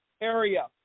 area